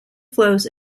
flows